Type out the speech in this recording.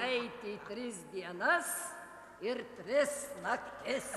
eiti tris dienas ir tris naktis